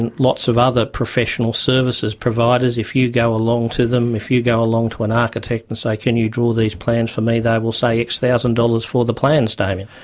and lots of other professional services, providers, if you go along to them, if you go along to an architect and say can you draw these plans for me they will say x-thousand dollars for the plans, damien.